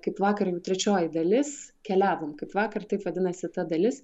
kaip vakar jau trečioji dalis keliavom kaip vakar taip vadinasi ta dalis